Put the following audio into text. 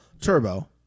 Turbo